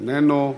איננו,